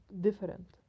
different